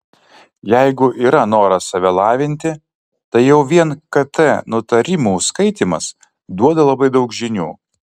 jeigu yra noras save lavinti tai jau vien kt nutarimų skaitymas duoda labai daug žinių